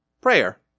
prayer